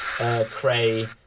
Cray